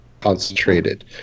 concentrated